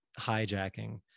hijacking